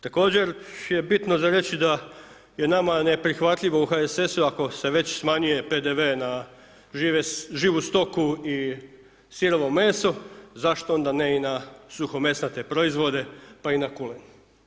Također je bitno za reći da je nama neprihvatljivo u HSS-u ako se već smanjuje PDV na živu stoku i sirovo meso zašto onda ne i na suhomesnate proizvode pa i na kulen.